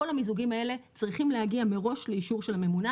כל המיזוגים האלה צריכים להגיע מראש לאישור של הממונה,